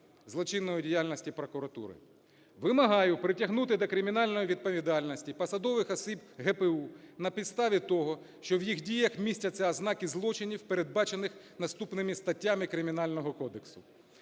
злочинної діяльності прокуратури. Вимагаю притягнути до кримінальної відповідальності посадових осіб ГПУ на підставі того, що в їх діях містяться ознаки злочинів, передбачених наступними статтями Кримінального кодексу: